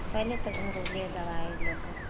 पहिले तऽ घरेलू दबाइ लोककेँ